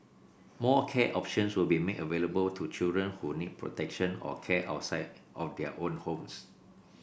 more care options will be made available to children who need protection or care outside of their own homes